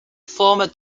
former